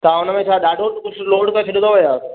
तव्हां हुन में ॾाढो कुझु लोड करे छॾियो अथव या